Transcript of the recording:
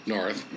North